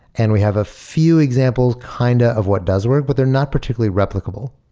and we have a few examples kind ah of what does work, but they're not particularly replicable.